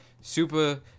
super